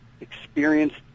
experienced